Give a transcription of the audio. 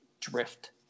drift